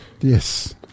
Yes